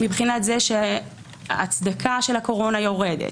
מההיבט שההצדקה של הקורונה יורדת.